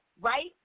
right